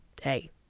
hey